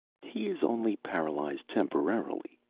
he is only paralyzed temporarily,